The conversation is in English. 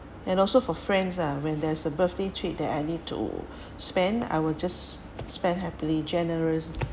and also for friends lah when there's a birthday treat that I need to spend I will just spend happily generous